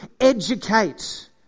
educate